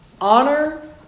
Honor